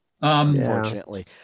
unfortunately